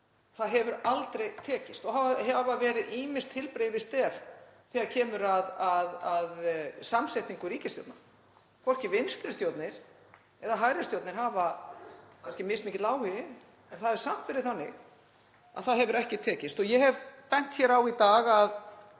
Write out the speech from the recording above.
Það hefur aldrei tekist og hafa verið ýmis tilbrigði við stef þegar kemur að samsetningu ríkisstjórna. Hvorki vinstri stjórnir eða hægri stjórnir. Það hefur kannski verið mismikill áhugi en það hefur samt verið þannig að það hefur ekki tekist. Ég hef bent hér á í dag að